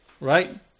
Right